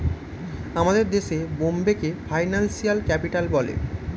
আমাদের দেশে বোম্বেকে ফিনান্সিয়াল ক্যাপিটাল বলে